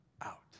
out